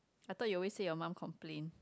I thought you always say your mum complain